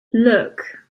look